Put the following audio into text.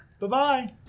Bye-bye